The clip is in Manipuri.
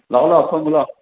ꯂꯥꯛꯑꯣ ꯂꯥꯛꯑꯣ ꯐꯝꯃꯨ ꯂꯥꯛꯑꯣ